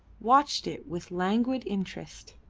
watched it with languid interest.